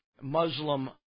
Muslim